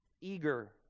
eager